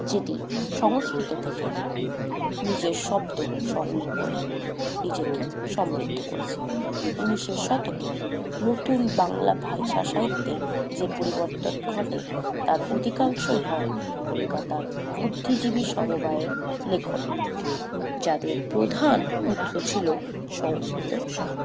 যেটি সংস্কৃত থেকে নিজের শব্দ সংগ্রহ করে নিজেকে সমৃদ্ধ করেছে উনিশের শতকে নতুন বাংলা ভাষা সাহিত্যের যে পরিবর্তন ঘটে তার অধিকাংশই হয় কলকাতার বুদ্ধিজীবী সমবায়ের লেখনী থেকে যাদের প্রধান উৎস ছিল সংস্কৃত সাহিত্য